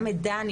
גם את דני,